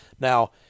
Now